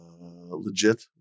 legit